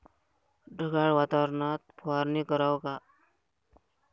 ढगाळ वातावरनात फवारनी कराव का?